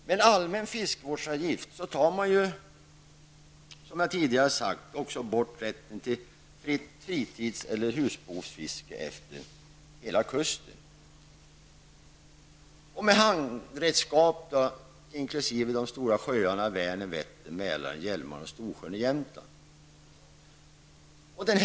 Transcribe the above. Med en allmän fiskevårdsavgift tar man, som jag tidigare sade, också bort rätten till husbehovsfiske med handredskap efter hela kusten och i de stora sjöarna -- Vänern, Vättern, Mälaren, Hjälmaren och Storsjön i Jämtland.